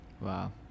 Wow